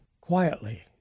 quietly